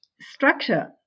structure